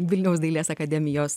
vilniaus dailės akademijos